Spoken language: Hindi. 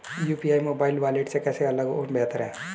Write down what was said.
यू.पी.आई मोबाइल वॉलेट से कैसे अलग और बेहतर है?